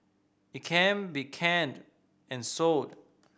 it can be canned and sold